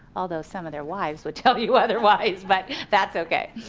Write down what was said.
although some of their wives would tell you otherwise. but that's okay.